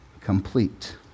complete